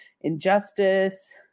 injustice